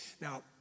Now